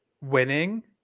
winning